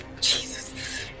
jesus